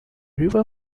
river